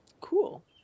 Cool